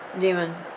demon